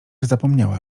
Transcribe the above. zapomniała